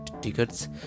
tickets